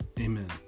amen